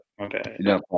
okay